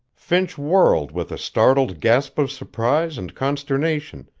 finch whirled with a startled gasp of surprise and consternation,